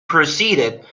proceeded